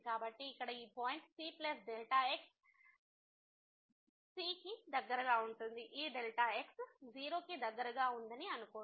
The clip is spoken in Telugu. కాబట్టి ఇక్కడ ఈ పాయింట్ c x c కి దగ్గరగా ఉంది ఈ x 0 కి దగ్గరగా ఉందని అనుకోండి